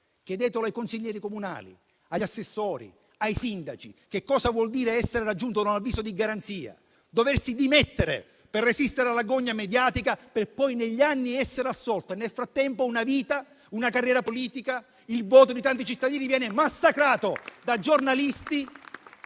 Chiedetelo ai consiglieri comunali, agli assessori e ai sindaci che cosa vuol dire essere raggiunto da un avviso di garanzia e doversi dimettere per resistere alla gogna mediatica, per poi negli anni essere assolto. Nel frattempo una vita, una carriera politica e il voto di tanti cittadini vengono massacrati dai giornalisti